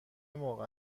موقع